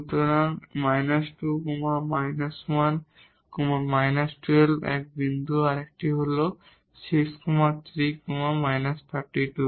সুতরাং 2 1 12 এক বিন্দু আরেকটি হল 6 3 32